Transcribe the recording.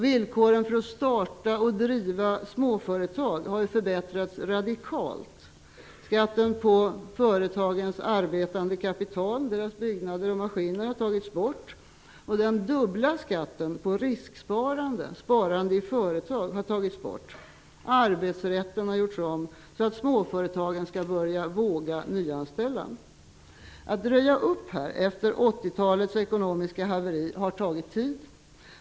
Villkoren för att starta och driva småföretag har förbättrats radikalt. Skatten på företagens arbetande kapital -- deras byggnader och maskiner -- har tagits bort. Den dubbla skatten på risksparande, sparande i företag, har tagits bort. Arbetsrätten har gjorts om, så att småföretagen skall våga nyanställa. Att röja upp efter 80-talets ekonomiska haveri har tagit tid.